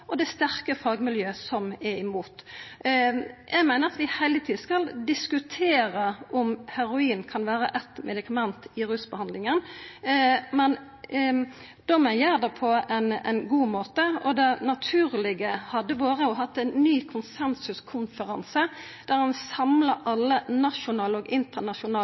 og det er sterke fagmiljø som er imot. Eg meiner at vi heile tida skal diskutera om heroin kan vera eit medikament i rusbehandlinga, men då må ein gjera det på ein god måte, og det naturlege hadde vore å ha ein ny konsensuskonferanse der ein samla alle nasjonale og